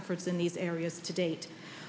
efforts in these areas to date